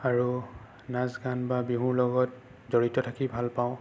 আৰু নাচ গান বা বিহুত লগত জড়িত থাকি ভাল পাওঁ